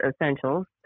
essentials